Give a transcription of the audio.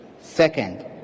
Second